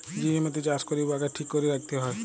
যে জমিতে চাষ ক্যরে উয়াকে ঠিক ক্যরে রাইখতে হ্যয়